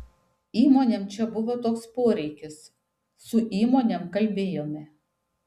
įmonėm čia buvo toks poreikis su įmonėm kalbėjome